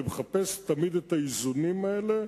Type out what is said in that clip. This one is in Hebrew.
ומחפש תמיד את האיזונים האלה,